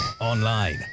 Online